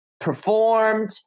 performed